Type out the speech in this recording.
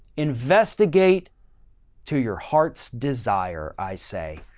investigate to your heart's desire. i say,